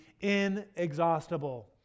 inexhaustible